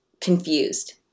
confused